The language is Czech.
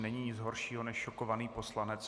Není nic horšího, než šokovaný poslanec.